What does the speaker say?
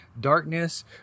darkness